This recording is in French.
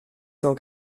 cent